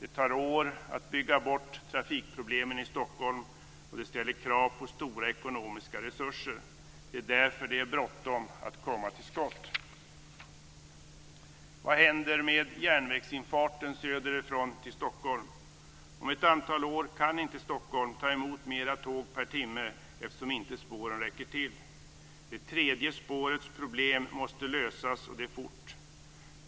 Det tar år att bygga bort trafikproblemen i Stockholm och det ställer krav på stora ekonomiska resurser. Det är därför det är bråttom att komma till skott. Stockholm? Det tredje spårets problem måste lösas och det fort.